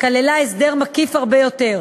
כללה הסדר מקיף הרבה יותר,